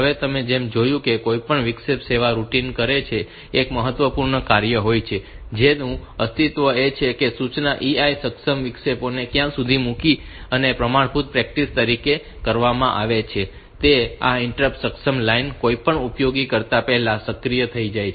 હવે જેમ મેં કહ્યું કે કોઈપણ વિક્ષેપ સેવા રૂટિન જે કરે છે તે એક મહત્વપૂર્ણ કાર્ય હોય છે જેનું અસ્તિત્વ એ છે કે સૂચના EI સક્ષમ વિક્ષેપોને ક્યાંક મૂકવી અને પ્રમાણભૂત પ્રેક્ટિસ તરીકે જે કરવામાં આવે છે તે એ છે કે આ ઇન્ટરપ્ટ સક્ષમ લાઇન કંઈપણ ઉપયોગી કરતા પહેલા જ સક્રિય થઈ જાય